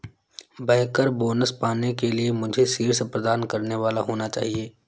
banker bonus पाने के लिए मुझे शीर्ष प्रदर्शन करने वाला होना चाहिए